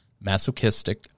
masochistic